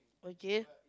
okay